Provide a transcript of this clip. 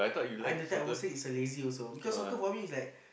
I'm the type of person is a lazy also because soccer for me is like